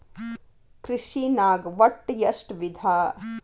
ಕೃಷಿನಾಗ್ ಒಟ್ಟ ಎಷ್ಟ ವಿಧ?